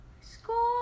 school